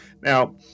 Now